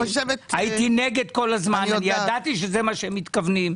כל הזמן הייתי נגד וידעתי שזה מה שהם מתכוונים.